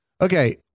Okay